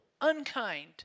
unkind